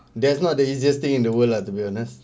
that's not the easiest thing in the world lah to be honest